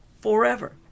forever